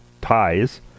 ties